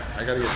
i gotta